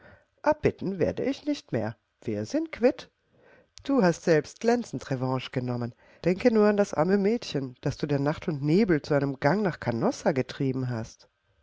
abbitten werde ich nicht mehr wir sind quitt du hast selbst glänzend revanche genommen denke nur an das arme mädchen das du der nacht und nebel zu einem gang nach canossa getrieben hast